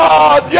God